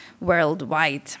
worldwide